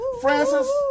Francis